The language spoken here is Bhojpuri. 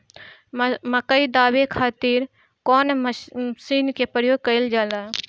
मकई दावे खातीर कउन मसीन के प्रयोग कईल जाला?